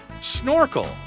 Snorkel